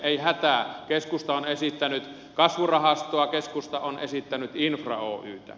ei hätää keskusta on esittänyt kasvurahastoa keskusta on esittänyt infra oytä